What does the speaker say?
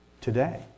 today